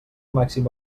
màxim